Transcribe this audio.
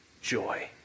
joy